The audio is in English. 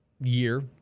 year